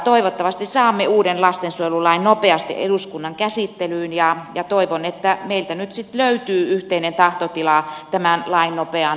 toivottavasti saamme uuden lastensuojelulain nopeasti eduskunnan käsittelyyn ja toivon että meiltä nyt sitten löytyy yhteinen tahtotila tämän lain nopeaan toimeenpanoon